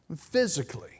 physically